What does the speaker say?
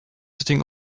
sitting